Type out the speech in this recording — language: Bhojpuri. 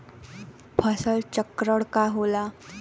फसल चक्रण का होला?